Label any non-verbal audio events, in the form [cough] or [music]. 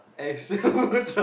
[laughs]